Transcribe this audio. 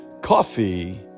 Coffee